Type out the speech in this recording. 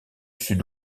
sud